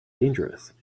dangerous